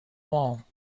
wall